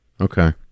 Okay